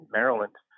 Maryland